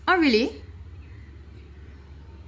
oh really